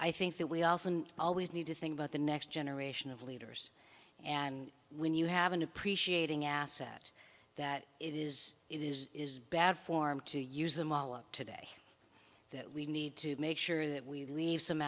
i think that we also always need to think about the next generation of leaders and when you have an appreciating asset that it is it is is bad form to use them all up today that we need to make sure that we leave some